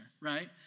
right